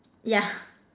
yeah